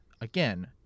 Again